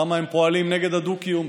למה הם פועלים נגד הדו-קיום.